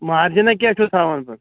مارجَنا کیٛاہ چھُو تھاوان تُہۍ